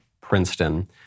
Princeton